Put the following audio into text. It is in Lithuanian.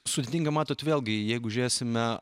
sudėtinga matot vėlgi jeigu žiūrėsime